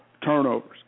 turnovers